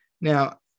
Now